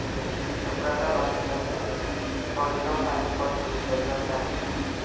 संत्र्याच्या बागीचाले पयलं पानी पट दिलं त चालन का?